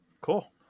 Cool